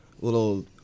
little